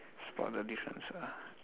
spot the difference ah